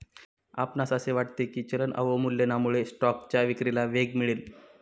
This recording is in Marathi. आपणास असे वाटते की चलन अवमूल्यनामुळे स्टॉकच्या विक्रीला वेग मिळेल?